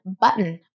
button